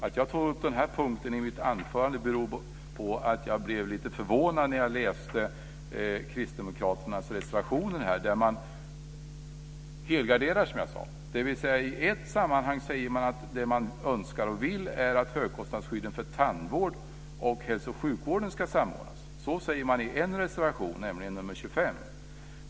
Att jag tog upp den här punkten i mitt anförande berodde på att jag blev lite förvånad när jag läste kristdemokraternas reservationer, där man som sagt helgarderar. I ett sammanhang säger man att det man önskar och vill är att högkostnadsskydden för tandvård och hälso och sjukvården ska samordnas. Så säger man i en reservation, nämligen nr 25.